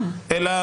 גם.